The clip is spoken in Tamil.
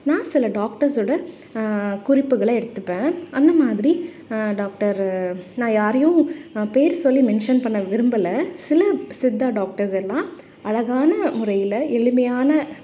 நான் சில டாக்டர்ஸோட குறிப்புகளை எடுத்துப்பேன் அந்த மாதிரி டாக்டர் நான் யாரையும் பேர் சொல்லி மென்ஷன் பண்ண விரும்பலை சில சித்தா டாக்டர்ஸ் எல்லாம் அழகான முறையில் எளிமையான